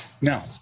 Now